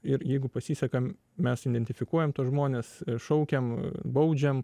ir jeigu pasiseka mes identifikuojam tuos žmones ir šaukiam baudžiam